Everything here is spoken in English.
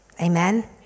Amen